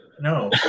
No